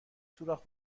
سوراخ